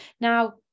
Now